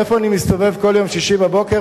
איפה אני מסתובב כל יום שישי בבוקר,